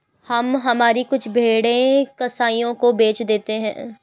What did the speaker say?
हम हमारी कुछ भेड़ें कसाइयों को बेच देते हैं